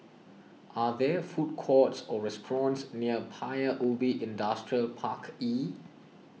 are there food courts or restaurants near Paya Ubi Industrial Park E